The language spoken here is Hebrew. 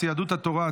יהדות התורה,